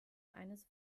eines